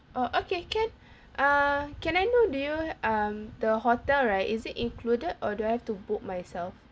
oh okay can err can I know do um the hotel right is it included or do I have to book myself